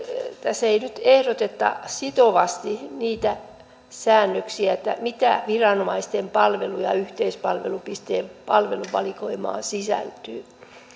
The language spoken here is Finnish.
tässä ei nyt ehdoteta sitovasti niitä säännöksiä mitä viranomaisten palveluja yhteispalvelupisteen palveluvalikoimaan sisältyy